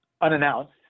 unannounced